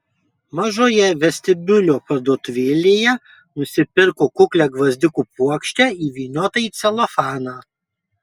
mažoje vestibiulio parduotuvėlėje nusipirko kuklią gvazdikų puokštę įvyniotą į celofaną